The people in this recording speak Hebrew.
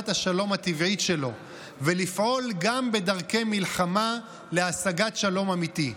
השלום הטבעית שלו ולפעול גם בדרכי מלחמה להשגת שלום אמיתי.